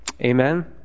Amen